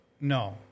No